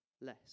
less